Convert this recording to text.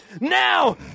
Now